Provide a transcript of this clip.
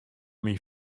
myn